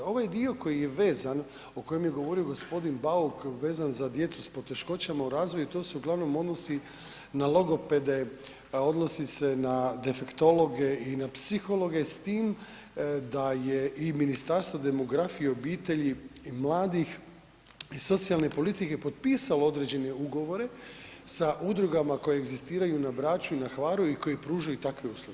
Ovaj dio koji je vezan, o kojem je govorio g. Bauk vezan za djecu s poteškoćama u razvoju, to se uglavnom odnosi na logopede, odnosi se na defektologe i na psihologe s tim da je i Ministarstvo demografije i obitelji i mladih i socijalne politike potpisalo određene ugovore sa udrugama koje egzistiraju na Braču i na Hvaru i koji pružaju takve usluge.